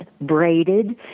braided